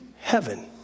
heaven